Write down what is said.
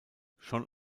schon